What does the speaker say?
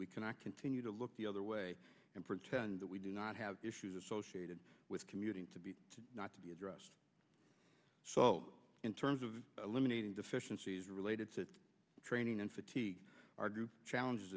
we cannot continue to look the other way and pretend that we do not have issues associated with commuting to be not to be addressed so in terms of eliminating deficiencies related to training and fatigue our challenges